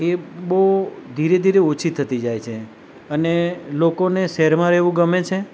એ બહુ ધીરે ધીરે ઓછી થતી જાય છે અને લોકોને શહેરમાં રહેવું ગમે છે